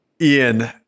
Ian